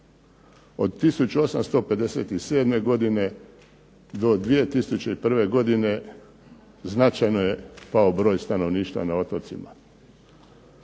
Od 1857. godine do 2001. godine značajno je pao broj stanovništva na otocima.